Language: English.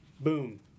Boom